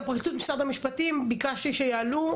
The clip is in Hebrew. גם מהפרקליטות ומשרד המשפטים ביקשתי שיענו.